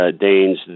Danes